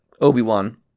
Obi-Wan